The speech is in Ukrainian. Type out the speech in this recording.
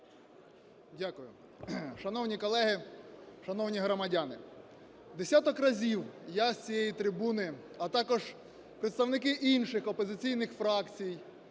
Дякую. Шановні колеги, шановні громадяни, десяток разів я з цієї трибуни, а також представники інших опозиційних фракцій